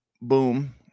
boom